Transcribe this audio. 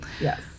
Yes